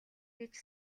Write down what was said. гэж